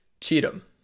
Cheatham